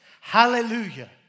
Hallelujah